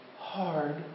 hard